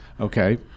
Okay